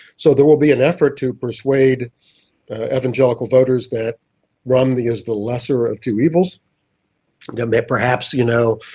so there will be an effort to persuade evangelical voters that romney is the lesser of two evils and um that perhaps, you know,